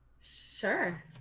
Sure